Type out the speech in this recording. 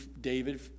David